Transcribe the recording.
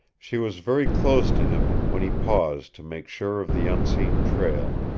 she was very close to him when he paused to make sure of the unseen trail,